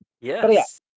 Yes